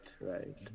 right